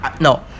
No